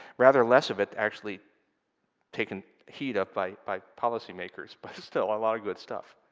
rather less of it actually taken heed of by by policy-makers, but still a lot of good stuff.